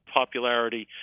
popularity